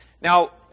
Now